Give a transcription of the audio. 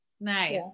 nice